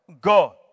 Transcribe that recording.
God